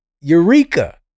Eureka